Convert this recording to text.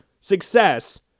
success